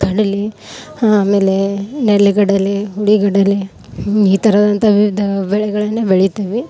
ಕಡಲೆ ಆಮೇಲೆ ನೆಲಗಡಲೆ ಹುರಿಗಡಲೆ ಈ ಥರದಂಥ ವಿವಿಧ ಬೆಳೆಗಳನ್ನೇ ಬೆಳಿತೀವಿ